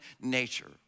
nature